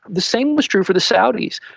the same was true for the saudis.